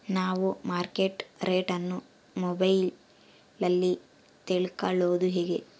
ನಾವು market rate ಅನ್ನು ಮೊಬೈಲಲ್ಲಿ ತಿಳ್ಕಳೋದು ಹೇಗೆ?